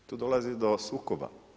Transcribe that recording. Tu dolazi do sukoba.